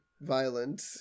violent